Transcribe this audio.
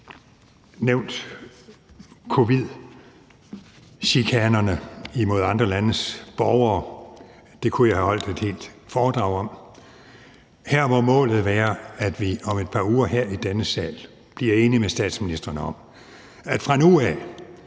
nævnt covid-19-chikanerne imod andre landes borgere. Det kunne jeg have holdt et helt foredrag om. Her må målet være, at vi om et par uger her i denne sal bliver enige med statsministrene om, at fra nu